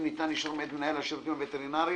ניתן אישור מאת מנהל השירותים הווטרינריים